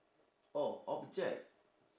oh object